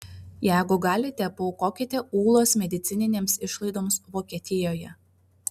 jeigu galite paaukokite ūlos medicininėms išlaidoms vokietijoje